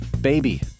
baby